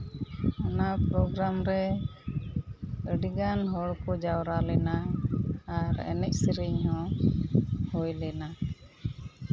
ᱚᱱᱟ ᱯᱨᱳᱜᱽᱨᱟᱢ ᱨᱮ ᱟᱹᱰᱤᱜᱟᱱ ᱦᱚᱲ ᱠᱚ ᱡᱟᱣᱨᱟ ᱞᱮᱱᱟ ᱟᱨ ᱮᱱᱮᱡ ᱥᱮᱨᱮᱧ ᱦᱚᱸ ᱦᱩᱭ ᱞᱮᱱᱟ